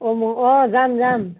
অ মোক অ যাম যাম